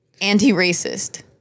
anti-racist